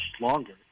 longer